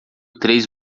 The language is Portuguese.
três